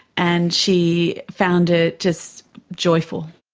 and she found it just joyful.